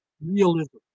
realism